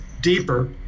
deeper